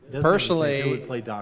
Personally